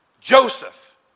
Joseph